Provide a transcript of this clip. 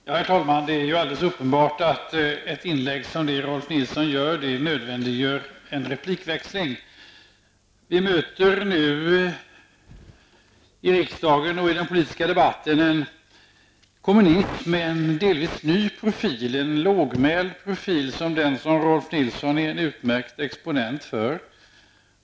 Herr talman! Det är uppenbart att ett sådant inlägg som Rolf L Nilsson gör nödvändiggör en replikväxling. Vi möter nu i riksdagen och i den politiska debatten en kommunism med en delvis ny profil, en lågmäld profil som Rolf L Nilsson är en utmärkt exponent för.